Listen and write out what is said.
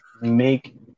make